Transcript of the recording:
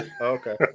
Okay